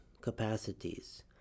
capacities